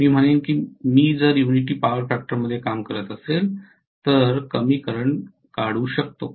मी म्हणेन की मी जर युनिटी पॉवर फॅक्टरमध्ये काम करत असेल तर कमी करंट काढू शकतो